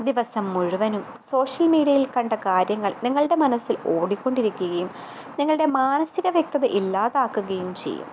ദിവസം മുഴുവനും സോഷ്യൽ മീഡ്യേൽക്കണ്ട കാര്യങ്ങൾ നിങ്ങളുടെ മനസ്സിൽ ഓടിക്കൊണ്ടിരിക്കുകയും നിങ്ങളുടെ മാനസിക വ്യക്തത ഇല്ലാതാക്കുകയും ചെയ്യും